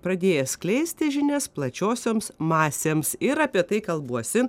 pradėję skleisti žinias plačiosioms masėms ir apie tai kalbuosi